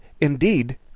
indeed